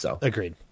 agreed